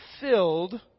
filled